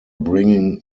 bringing